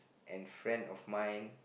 and friend of mine